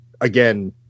again